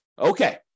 Okay